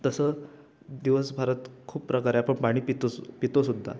तसं दिवसभरात खूप प्रकारे आपण पाणी पितोस पितोसुद्धा